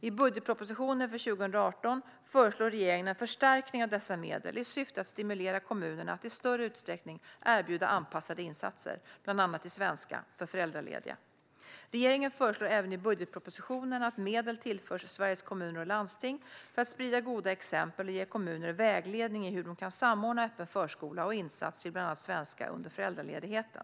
I budgetpropositionen för 2018 föreslår regeringen en förstärkning av dessa medel i syfte att stimulera kommunerna att i större utsträckning erbjuda anpassade insatser, bland annat i svenska, för föräldralediga. Regeringen föreslår även i budgetpropositionen att medel tillförs Sveriges Kommuner och Landsting för att sprida goda exempel och ge kommuner vägledning i hur de kan samordna öppen förskola och insatser i bland annat svenska under föräldraledigheten.